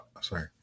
sorry